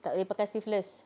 tak boleh pakai sleeveless